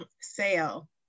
sale